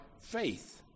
faith